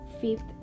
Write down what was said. Fifth